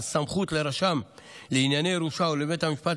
סמכות לרשם לענייני ירושה ולבית המשפט,